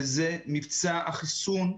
וזה מבצע החיסון.